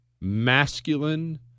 masculine